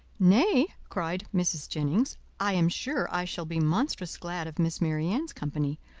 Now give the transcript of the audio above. nay, cried mrs. jennings, i am sure i shall be monstrous glad of miss marianne's company,